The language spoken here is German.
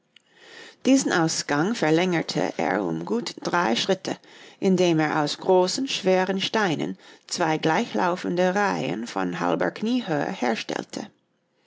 diesen ausgang verlängerte er um gut drei schritte indem er aus großen schweren steinen zwei gleichlaufende reihen von halber kniehöhe herstellte